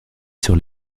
sur